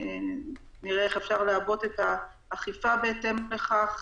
נראה איך אפשר לעבות את האכיפה בהתאם לכך.